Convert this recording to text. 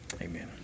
Amen